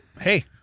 Hey